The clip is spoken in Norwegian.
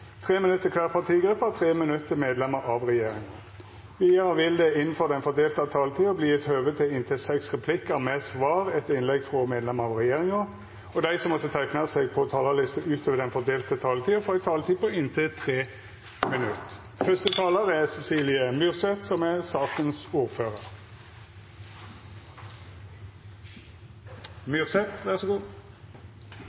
minutt til kvar partigruppe og 3 minutt til medlemer av regjeringa. Vidare vil det – innanfor den fordelte taletida – verta gjeve høve til inntil seks replikkar med svar etter innlegg frå medlemer av regjeringa, og dei som måtte teikna seg på talarlista utover den fordelte taletida, får òg ei taletid på inntil 3 minutt. I forbindelse med proposisjonen som er